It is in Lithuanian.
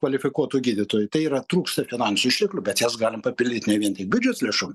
kvalifikuotų gydytojų tai yra trūksta finansų išteklių bet jas galim papildyt ne vien tik biudžets lėšom